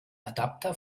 adapter